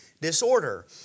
disorder